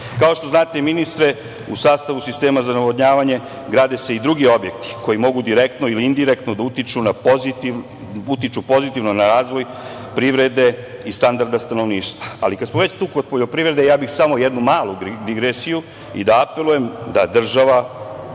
što znate, ministre, u sastavu sistema za navodnjavanje, grade se i drugi objekti, koji mogu direktno ili indirektno utiču pozitivno na razvoj privrede i standarda stanovništva, ali kada smo već tu kod poljoprivrede, ja bih samo jednu malu digresiju i da apelujem da država,